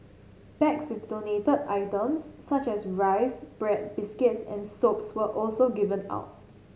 bags with donated items such as rice bread biscuits and soaps were also given out